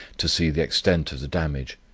to see the extent of the damage,